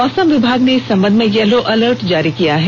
मौसम विभाग ने इस संबंध में येलो अलर्ट जारी किया है